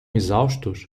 exaustos